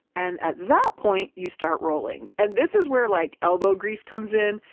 and at that point, you start rolling. and this is where like elbow grease comes in.